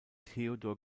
theodor